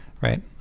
right